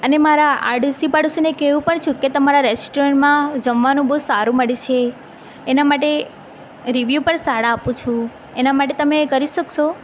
અને મારા આડોશી પાડોશીને કહું પણ છું કે તમારા રેસ્ટોરન્ટમાં જમવાનું બહુ સારું મળે છે એના માટે રીવ્યુ પણ સારા આપું છું એના માટે તમે કરી શકશો